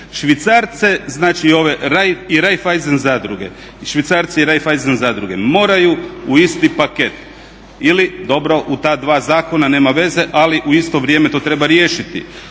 Švicarce i Raiffeisen zadruge moraju u isti paket ili dobro u ta dva zakona, nema veze, ali u isto vrijeme to treba riješiti.